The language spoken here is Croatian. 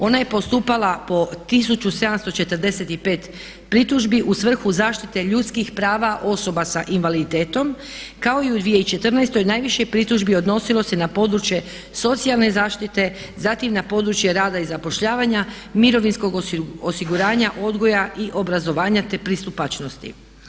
Ona je postupala po 1745 pritužbi u svrhu zaštite ljudskih prava osoba s invaliditetom kao i u 2014. najviše pritužbi odnosilo se na područje socijalne zaštite, zatim na područje rada i zapošljavanja, mirovinskog osiguranja, odgoja i obrazovanja te pristupačnosti.